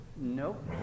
Nope